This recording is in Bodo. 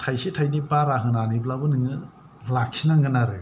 थायसे थायनै बारा होनानैब्लाबो नोङो लाखिनांगोन आरो